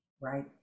right